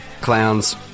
clowns